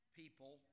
people